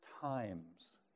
times